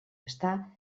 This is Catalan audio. estar